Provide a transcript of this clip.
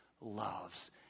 loves